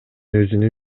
өзүнүн